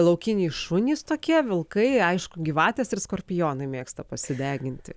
laukiniai šunys tokie vilkai aišku gyvatės ir skorpionai mėgsta pasideginti